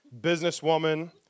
businesswoman